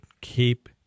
Keep